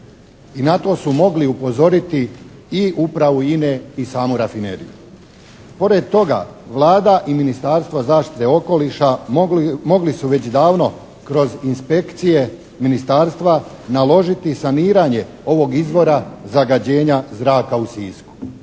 i na to su mogli upozoriti i upravu INA-e i samu rafineriju. Pored toga, Vlada i Ministarstvo zaštite okoliša mogli su već davno kroz inspekcije Ministarstva naložiti saniranje ovog izvora zagađenja zraka u Sisku.